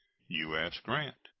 u s. grant.